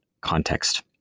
context